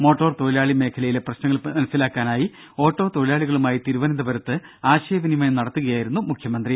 motor തൊഴിലാളി മേഖലയിലെ പ്രശ്നങ്ങൾ മനസിലാക്കാനായി ഓട്ടോ തൊഴിലാളികളുമായി തിരുവനന്തപുരത്ത് ആശയവിനിമയം നടത്തുകയായിരുന്നു മുഖ്യമന്ത്രി